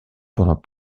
pendant